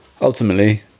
ultimately